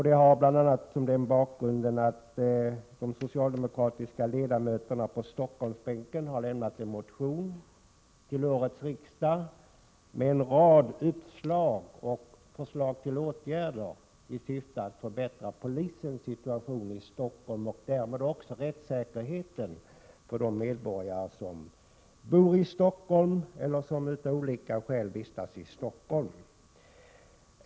Den har bl.a. sin bakgrund i att de socialdemokratiska ledamöterna på Stockholmsbänken vid årets riksmöte har lämnat en motion med en rad uppslag och förslag till åtgärder i syfte att förbättra polisens situation i Stockholm och därmed också rättssäkerheten för de medborgare som bor i Stockholm eller som av olika skäl vistas här.